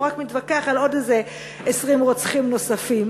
רק מתווכח על עוד איזה 20 רוצחים נוספים.